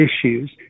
issues